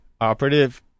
operative